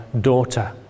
daughter